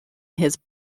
his